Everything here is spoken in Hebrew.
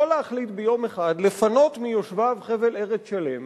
להחליט ביום אחד לפנות מיושביו חבל ארץ שלם